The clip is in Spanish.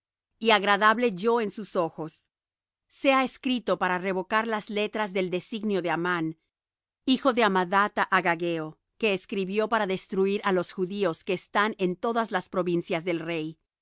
y agradable yo en sus ojos sea escrito para revocar las letras del designio de amán hijo de amadatha agageo que escribió para destruir á los judíos que están en todas las provincias del rey